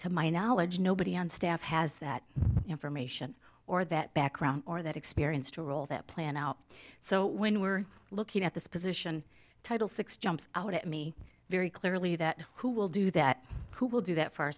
to my knowledge nobody on staff has that information or that background or that experience to roll that plan out so when we're looking at this position title six jumps out at me very clearly that who will do that who will do that for our